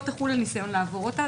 לא תחול על ניסיון לעבור אותה."